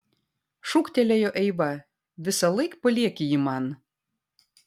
šūktelėjo eiva visąlaik palieki jį man